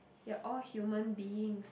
we are all human beings